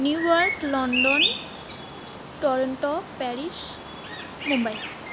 new York London Toronto Paris Mumbai